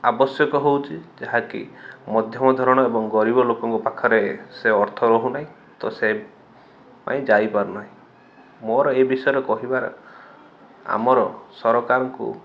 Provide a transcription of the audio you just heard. ଆବଶ୍ୟକ ହଉଛି ଯାହା କି ମଧ୍ୟମ ଧରଣ ଏବଂ ଗରିବ ଲୋକଙ୍କ ପାଖରେ ସେ ଅର୍ଥ ରହୁନାହିଁ ତ ସେ ପାଇଁ ଯାଇ ପାରୁନାହିଁ ମୋର ଏଇ ବିଷୟରେ କହିବାର ଆମର ସରକାରଙ୍କୁ